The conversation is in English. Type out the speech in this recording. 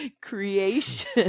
creation